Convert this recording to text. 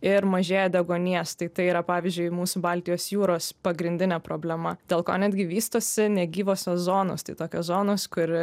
ir mažėja deguonies tai tai yra pavyzdžiui mūsų baltijos jūros pagrindinė problema dėl ko netgi vystosi negyvosios zonos tai tokios zonos kur